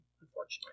unfortunately